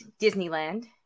Disneyland